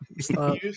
Stop